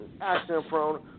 accident-prone